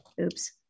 Oops